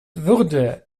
würde